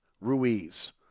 Ruiz